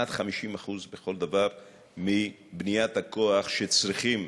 כמעט 50% בכל היבט של בניית הכוח שצריכים